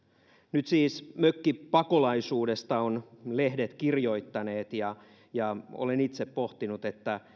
nyt siis mökkipakolaisuudesta ovat lehdet kirjoittaneet ja ja olen itse pohtinut